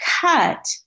cut